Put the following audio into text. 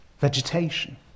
Vegetation